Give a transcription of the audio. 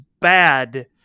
bad